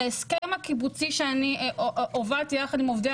להסכם הקיבוצי שאני הובלתי יחד עם עובדי